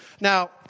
Now